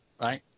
right